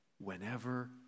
whenever